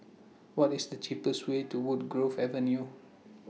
What IS The cheapest Way to Woodgrove Avenue